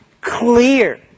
clear